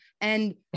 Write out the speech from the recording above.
And-